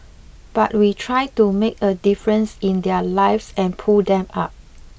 but we try to make a difference in their lives and pull them up